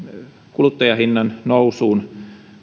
kuluttajahinnan nousuun